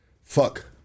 fuck